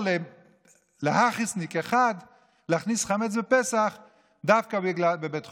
ל"להכעיסניק" אחד להכניס חמץ בפסח דווקא לבית חולים.